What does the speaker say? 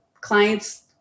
clients